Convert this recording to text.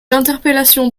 l’interpellation